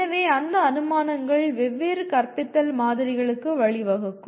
எனவே அந்த அனுமானங்கள் வெவ்வேறு கற்பித்தல் மாதிரிகளுக்கு வழிவகுக்கும்